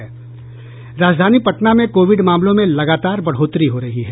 राजधानी पटना में कोविड मामलों में लगातार बढ़ोतरी हो रही है